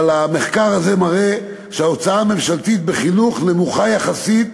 אבל המחקר הזה מראה שההוצאה הממשלתית על חינוך נמוכה יחסית